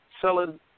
selling